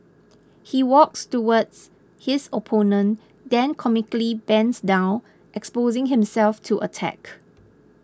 he walks towards his opponent then comically bends down exposing himself to attack